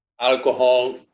alcohol